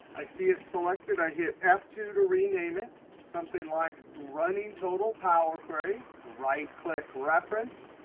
i see it selected. i hit f two to rename it something like running total power query. right click, reference.